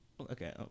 Okay